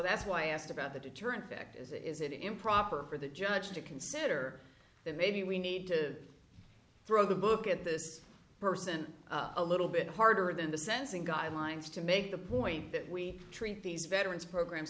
that's why i asked about the deterrent effect is it is it improper for the judge to consider that maybe we need to throw the book at this person a little bit harder than the sensing guidelines to make the point that we treat these veterans programs